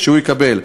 שהוא יקבל.